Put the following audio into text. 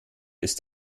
ist